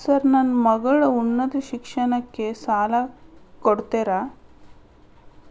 Sir ನನ್ನ ಮಗಳ ಉನ್ನತ ಶಿಕ್ಷಣಕ್ಕೆ ಸಾಲ ಕೊಡುತ್ತೇರಾ?